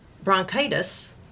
Bronchitis